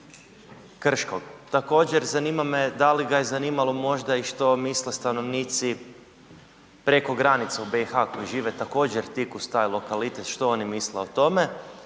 Krškog? Također, zanima me da li ga je zanimalo možda i što misle stanovnici preko granice u BiH koji žive također, tik uz taj lokalitet, što oni misle o tome